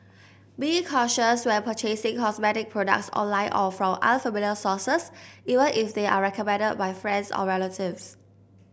be cautious when purchasing cosmetic products online or from unfamiliar sources even if they are recommended by friends or relatives